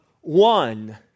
one